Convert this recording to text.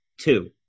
two